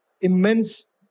immense